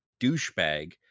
douchebag